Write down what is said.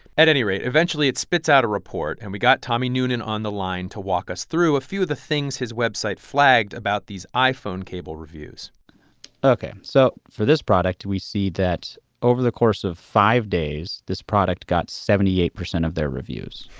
at any rate, eventually, it spits out a report, and we got tommy noonan on the line to walk us through a few of the things his website flagged about these iphone cable reviews ok. so for this product, we see that over the course of five days, this product got seventy eight percent of their reviews.